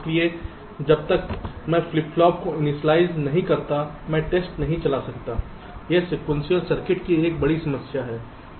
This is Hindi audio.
इसलिए जब तक मैं फ्लिप फ्लॉप को इनिशियलाइज़ नहीं करता मैं टेस्ट नहीं चला सकता यह सीक्वेंशियल सर्किट की एक बड़ी समस्या है